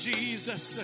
Jesus